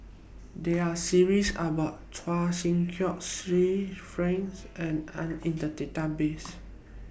There Are series about Chua Sian Chin Sir Franks and Anita in The Database